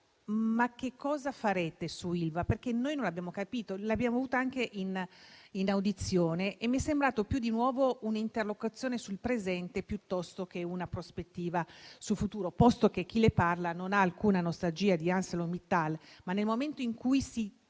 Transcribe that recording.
che cosa farete su Ilva? Noi non l'abbiamo capito. L'abbiamo avuta anche in audizione e mi è sembrata di nuovo un'interlocuzione sul presente piuttosto che una prospettiva sul futuro, posto che chi le parla non ha alcuna nostalgia di ArcelorMittal. Nel momento in cui si toglie